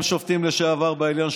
גם שופטים לשעבר בעליון,